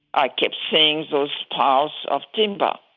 i kept seeing those piles of timber.